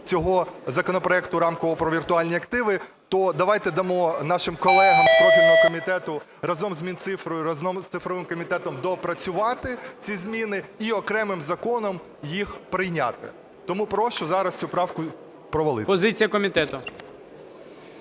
цього законопроекту рамкового про віртуальні активи, то давайте дамо нашим колегам з профільного комітету разом з Мінцифрою, разом з цифровим комітетом доопрацювати ці зміни і окремим законом їх прийняти. Тому прошу зараз цю правку провалити. ГОЛОВУЮЧИЙ. Позиція комітету.